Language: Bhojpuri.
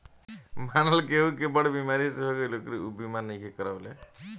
मानल केहु के बड़ बीमारी हो गईल अउरी ऊ बीमा नइखे करवले